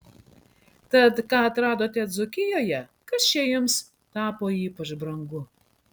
tad ką atradote dzūkijoje kas čia jums tapo ypač brangu